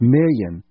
million